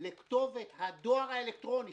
לכתובת הדואר האלקטרוני,